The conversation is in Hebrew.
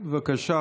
לרשותך.